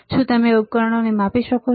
શું તમે ઉપકરણોને માપી શકો છો